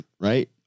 right